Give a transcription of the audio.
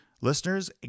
Listeners